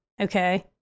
okay